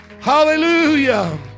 Hallelujah